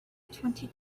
twenty